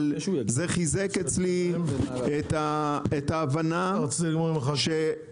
אבל זה חיזק אצלי את ההבנה שכן,